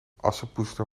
assepoester